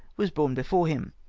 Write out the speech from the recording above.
was borne before him.